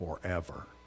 forever